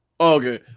Okay